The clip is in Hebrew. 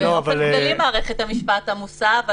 באופן כללי, מערכת בתי המשפט עמוסה.